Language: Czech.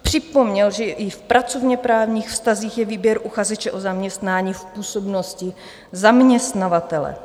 Připomněl, že i v pracovněprávních vztazích je výběr uchazeče o zaměstnání v působnosti zaměstnavatele.